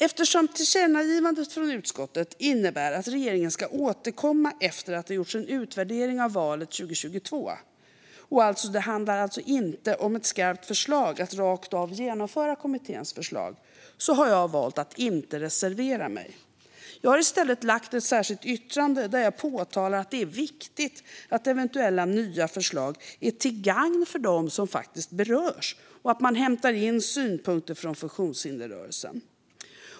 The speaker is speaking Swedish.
Eftersom tillkännagivandet från utskottet innebär att regeringen ska återkomma efter att det gjorts en utvärdering av valet 2022 och alltså inte handlar om ett skarpt förslag att rakt av genomföra kommitténs förslag har jag valt att inte reservera mig. Jag har i stället lagt ett särskilt yttrande där jag påtalar att det är viktigt att eventuella nya förslag är till gagn för dem som berörs och att man hämtar in synpunkter från funktionshindersrörelsen.